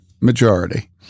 majority